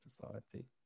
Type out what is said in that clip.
society